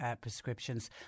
prescriptions